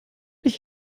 nicht